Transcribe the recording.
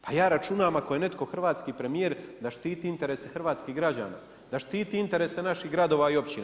Pa ja računam ako je netko hrvatski premijer da štiti interese hrvatskih građana, da štiti interese naših gradova i općina.